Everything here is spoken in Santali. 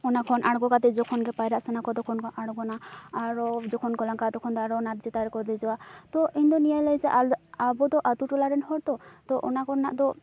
ᱚᱱᱟ ᱠᱷᱚᱱ ᱟᱬᱜᱚ ᱠᱟᱛᱮ ᱡᱚᱠᱷᱚᱱ ᱜᱮ ᱯᱟᱭᱨᱟᱜ ᱥᱟᱱᱟ ᱠᱚᱣᱟ ᱛᱚᱠᱷᱚᱱᱠᱚ ᱟᱲᱜᱚᱱᱟ ᱟᱨ ᱡᱚᱠᱷᱚᱱ ᱠᱚ ᱞᱟᱜᱟᱜᱼᱟ ᱛᱚᱠᱷᱚᱱ ᱫᱚ ᱚᱱᱟ ᱪᱮᱛᱟᱱ ᱨᱮᱠᱚ ᱫᱮᱡᱚᱜᱼᱟ ᱛᱚ ᱤᱧ ᱫᱚ ᱞᱟᱹᱭ ᱪᱮ ᱟᱵᱚ ᱫᱚ ᱟᱛᱳ ᱴᱚᱞᱟ ᱨᱮᱱ ᱦᱚᱲ ᱛᱚ ᱚᱱᱟ ᱠᱚᱨᱮᱱᱟᱜ ᱫᱚ